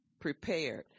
prepared